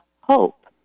hope